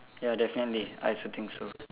ya definitely I also think so